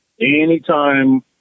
anytime